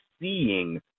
seeing